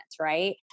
right